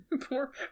Poor